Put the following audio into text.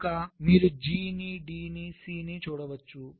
కనుక మీరు G ని D ని Cని చూడవచ్చు